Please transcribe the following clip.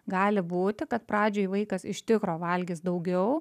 gali būti kad pradžioj vaikas iš tikro valgys daugiau